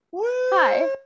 hi